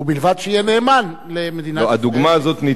ובלבד שיהיה נאמן למדינת ישראל.